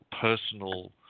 personal